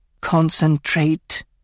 Concentrate